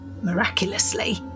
miraculously